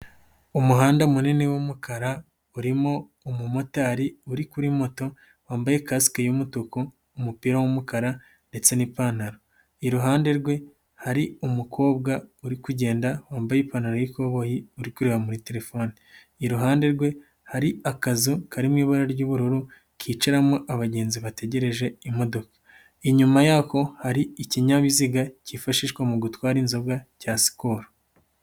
Umuhanda munini w'umukara urimo umumotari uri kuri moto wambaye kasike y'umutuku, umupira w'umukara ndetse n'ipantaro, iruhande rwe hari umukobwa uri kugenda wambaye ipantaro y'ikoboyi uri kureba muri telefone, iruhande rwe hari akazu karimo ibara ry'ubururu kicaramo abagenzi bategereje imodoka, inyuma yako hari ikinyabiziga kifashishwa mu gutwara inzoga cya sikoro.